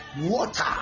water